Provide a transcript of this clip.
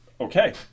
Okay